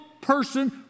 person